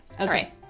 Okay